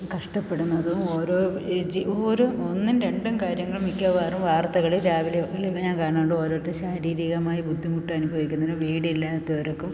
കഷ്ടപ്പെട്ന്നടുന്നതും ഓരോ ഇജ്ജി ഓരോ ഒന്നും രണ്ടും കാര്യങ്ങൾ മിക്കവാറും വാർത്തകളിൽ രാവിലെ ഞാൻ കാണാറുണ്ട് ഓരോരുത്തർ ശാരീരികമായി ബുദ്ധിമുട്ട് അനുഭവിക്കുന്നതിനും വീടില്ലാത്തവർക്കും